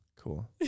Cool